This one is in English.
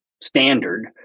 standard